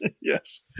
Yes